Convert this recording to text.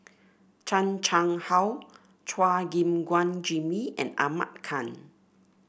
Chan Chang How Chua Gim Guan Jimmy and Ahmad Khan